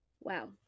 wow